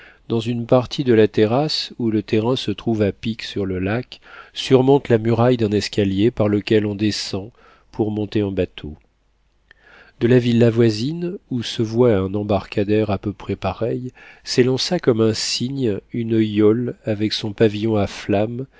dans une partie de la terrasse où le terrain se trouve à pic sur le lac surmonte la muraille d'un escalier par lequel on descend pour monter en bateau de la villa voisine où se voit un embarcadère à peu près pareil s'élança comme un cygne une yole avec son pavillon à flammes